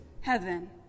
heaven